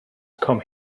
come